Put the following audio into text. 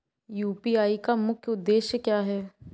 UPI का मुख्य उद्देश्य क्या है?